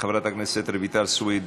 חברת הכנסת רויטל סויד,